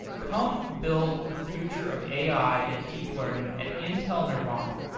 come build the future of ai and deep learning at intel nervana.